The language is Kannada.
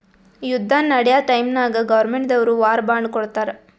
ಯುದ್ದ ನಡ್ಯಾ ಟೈಮ್ನಾಗ್ ಗೌರ್ಮೆಂಟ್ ದವ್ರು ವಾರ್ ಬಾಂಡ್ ಕೊಡ್ತಾರ್